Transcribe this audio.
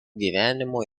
gyvenimo